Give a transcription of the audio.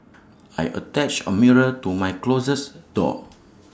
I attached A mirror to my closes door